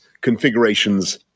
configurations